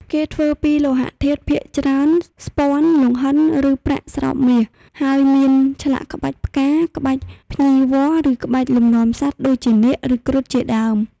គេធ្វើពីលោហៈធាតុ ភាគច្រើនស្ពាន់ លង្ហិន ឬប្រាក់ស្រោបមាស ហើយមានឆ្លាក់ក្បាច់ផ្កា ក្បាច់ភ្ញីវល្លិ ឬក្បាច់លំនាំសត្វ ដូចជានាគ ឬគ្រុឌ ជាដើម។